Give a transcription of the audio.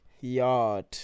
Yard